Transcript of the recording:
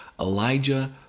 Elijah